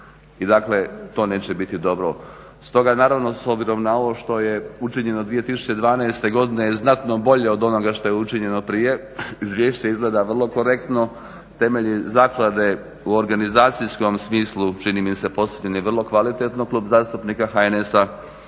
i dakle to neće biti dobro. Stoga naravno s obzirom na ovo što je učinjeno 2012.godine je znatno bolje od onoga što je učinjeno prije, izvješće izgleda vrlo korektno. Temelji zaklade u organizacijskom smislu čini mi se postavljen je vrlo kvalitetno. Klub zastupnika HNS-a